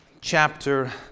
chapter